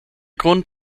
grund